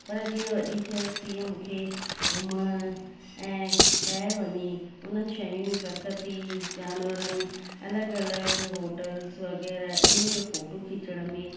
पर जीअं वॾी थियसि तीअं मूंखे घुमण ऐं ॿाहिरि वञी उन्हनि शयूं प्रकृति जानवरनि अलॻि अलॻि होटल्स वग़ैरह इन्हनि जो फ़ोटो खिचण में